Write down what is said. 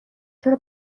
چرا